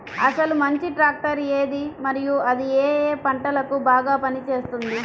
అసలు మంచి ట్రాక్టర్ ఏది మరియు అది ఏ ఏ పంటలకు బాగా పని చేస్తుంది?